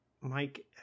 Mike